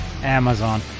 Amazon